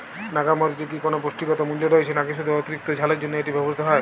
নাগা মরিচে কি কোনো পুষ্টিগত মূল্য রয়েছে নাকি শুধু অতিরিক্ত ঝালের জন্য এটি ব্যবহৃত হয়?